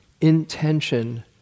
intention